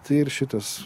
tai ir šitas